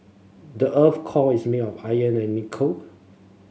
the earth core is made of and nickel